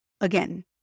again